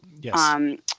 Yes